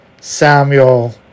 Samuel